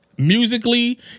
Musically